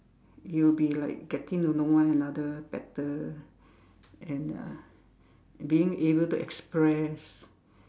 you'll be like getting to know one another better and uh being able to express